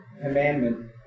commandment